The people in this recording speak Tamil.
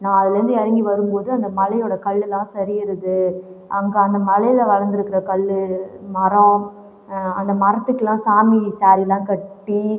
நான் அதிலேந்து இறங்கி வரும் போது அந்த மலையோடய கல்லெல்லாம் சரியுறது அங்கே அந்த மலையில் வளர்ந்துருக்குற கல்லு மரம் அந்த மரத்துக்குல்லாம் சாமி ஸாரீலாம் கட்டி